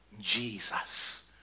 Jesus